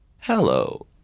Hello